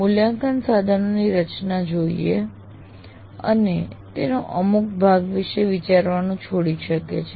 મૂલ્યાંકન સાધનની રચના જોઈને તેઓ અમુક ભાગ વિષે વિચારવાનું છોડી શકે છે